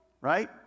Right